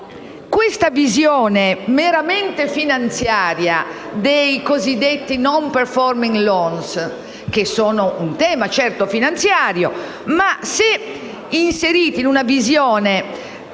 una visione meramente finanziaria dei cosiddetti *non performing loan*, che sono certamente un tema finanziario, ma se inseriti in una visione